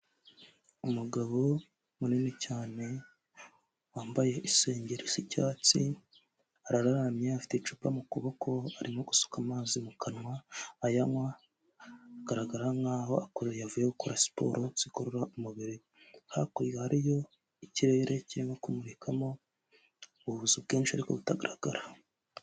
Umugabo munini cyane wambaye isengeri isa icyatsi ,araramye afite icupa mu kuboko arimo gusuka amazi mu kanwa ayanywa ,agaragara nkaho akora yavuye gukora siporo zigorora umubiri .Hakurya hariyo ikirere kirimo kumurikamo ubuzu bwinshi ariko butagaragara.